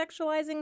sexualizing